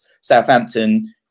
Southampton